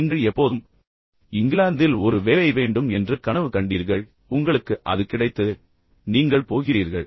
நீங்கள் எப்போதும் இங்கிலாந்தில் ஒரு வேலை வேண்டும் என்று கனவு கண்டீர்கள் பின்னர் உங்களுக்கு அது கிடைத்தது எனவே நீங்கள் போகிறீர்கள்